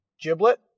giblet